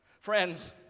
Friends